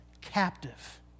captive